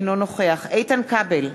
אינו נוכח איתן כבל,